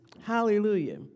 Hallelujah